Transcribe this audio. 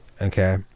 Okay